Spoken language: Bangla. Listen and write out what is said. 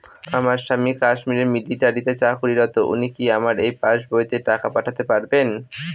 আমার স্বামী কাশ্মীরে মিলিটারিতে চাকুরিরত উনি কি আমার এই পাসবইতে টাকা পাঠাতে পারবেন?